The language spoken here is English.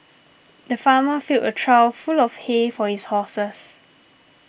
the farmer filled a trough full of hay for his horses